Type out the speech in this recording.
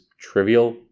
trivial